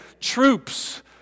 troops